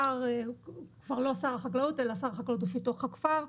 השר כבר לא שר החקלאות אלא שר החקלאות ופיתוח הכפר.